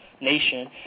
nation